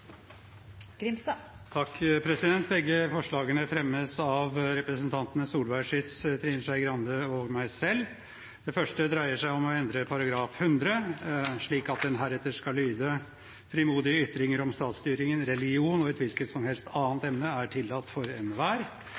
Begge forslagene fremmes av representantene Solveig Schytz, Trine Skei Grande og meg selv. Det første dreier seg om endring i § 100, slik at den heretter skal lyde: «Frimodige ytringer om statsstyret, religion og hvilken som helst annen gjenstand er tillatt for enhver.»